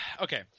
Okay